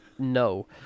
no